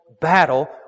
battle